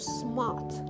smart